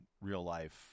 real-life